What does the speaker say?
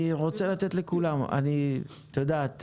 אני רוצה לתת לכולם ואני מנסה.